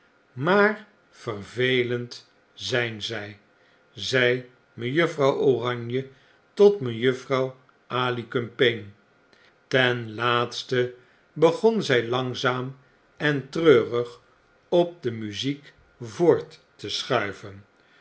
maar vervelend si n zy zei mejuffrouw oranje tot mejuffrouw alicumpaine ten laatste begonnen zy langzaam en treurig op de muziek vbort te schuiven